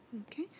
Okay